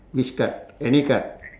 which card any card